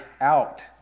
out